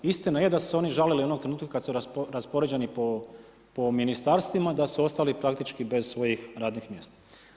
Istina je da su se oni žalili onog trenutka kada su raspoređeni po ministarstvima, da su ostali praktički bez svoji radnih mjesta.